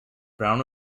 browne